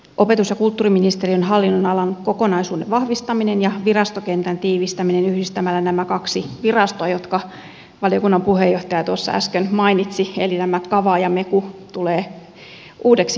opetus ja kulttuuriministeriön hallinnonalan kokonaisuuden vahvistaminen ja virastokentän tiivistäminen yhdistämällä nämä kaksi virastoa jotka valiokunnan puheenjohtaja tuossa äsken mainitsi eli nämä kava ja meku tulevat uudeksi kaviksi